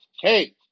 Hey